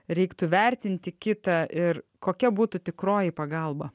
reiktų vertinti kitą ir kokia būtų tikroji pagalba